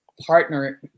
partner